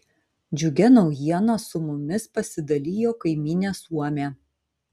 džiugia naujiena su mumis pasidalijo kaimynė suomė